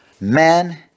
man